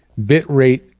Bitrate